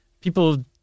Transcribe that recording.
people